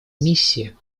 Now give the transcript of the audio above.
миссия